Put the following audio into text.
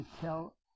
tell